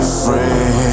free